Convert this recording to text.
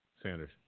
Sanders